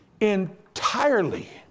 entirely